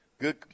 Good –